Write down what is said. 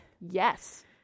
Yes